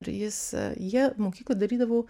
ir jis jie mokykloj darydavo